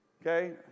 Okay